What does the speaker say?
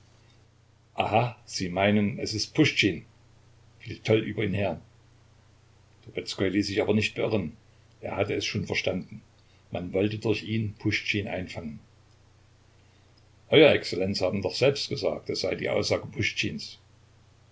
sie meinen es ist puschtschin fiel toll über ihn her trubezkoi ließ sich aber nicht beirren er hatte es schon verstanden man wollte durch ihn puschtschin einfangen euer exzellenz haben doch selbst gesagt es sei die aussage